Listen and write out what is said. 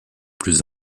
plus